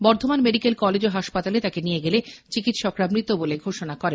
Bardhaman medical college ও হাসপাতালে তাকে নিয়ে গেলে চিকিৎসকরা মৃত বলে ঘোষনা করেন